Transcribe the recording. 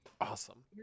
Awesome